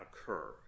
occur